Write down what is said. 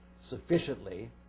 sufficiently